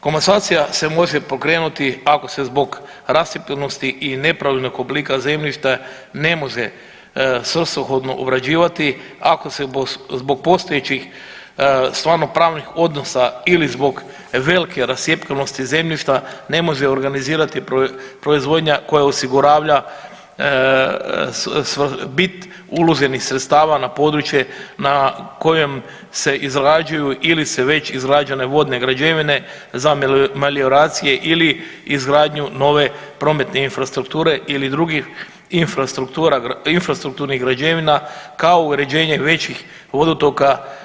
Komasacija se može pokrenuti ako se zbog rascijepljenosti i nepravilnog oblika zemljišta ne može svrsishodno obrađivati, ako se zbog postojećih stvarno pravnih odnosa ili zbog velike rascjepkanosti zemljišta ne može organizirati proizvodnja koja osigurava bit uloženih sredstava na područje na kojem se izrađuju ili su već izrađene vodne građevine za melioracije ili izgradnju nove prometne infrastrukture ili drugih infrastruktura, infrastrukturnih građevina kao uređenje većih vodotoka.